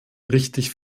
richtig